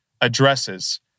addresses